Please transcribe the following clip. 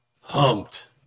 Humped